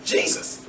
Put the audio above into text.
Jesus